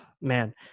man